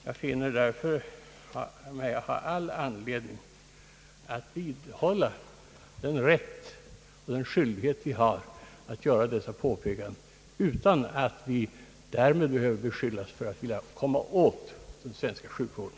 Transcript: Jag finner därför att vi har all anledning att hålla på vår rätt och skyldighet att göra dessa påpekanden utan att därmed behöva bli beskyllda för att vilja komma åt den svenska sjukvården.